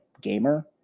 gamer